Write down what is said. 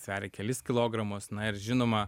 sveria kelis kilogramus na ir žinoma